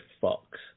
Fox